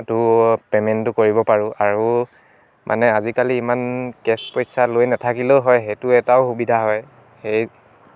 টো পেমেন্টো কৰিব পাৰোঁ আৰু মানে আজিকালি ইমান কেচ পইচা লৈ নাথাকিলেও হয় সেইটো এটাও সুবিধা হয় সেই